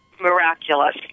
miraculous